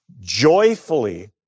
joyfully